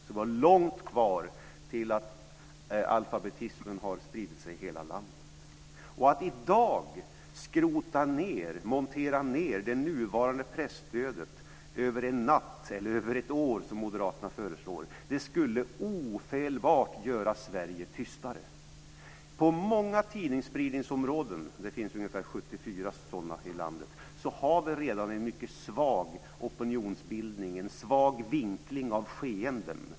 Det är långt kvar innan "alfabetismen" har spridit sig till hela landet. Att i dag montera ned och skrota det nuvarande presstödet över en natt, eller över ett år som Moderaterna föreslår, skulle ofelbart göra Sverige tystare. På många tidningsspridningsområden - det finns ungefär 74 sådana i landet - har vi redan en mycket svag opinionsbildning, en svag vinkling av skeenden.